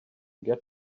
get